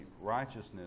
righteousness